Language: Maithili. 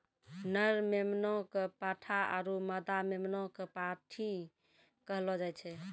नर मेमना कॅ पाठा आरो मादा मेमना कॅ पांठी कहलो जाय छै